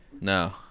No